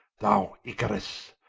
thou icarus,